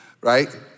Right